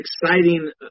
exciting